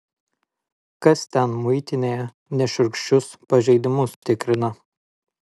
kas ten muitinėje nešiurkščius pažeidimus tikrina